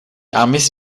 amis